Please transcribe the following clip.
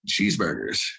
cheeseburgers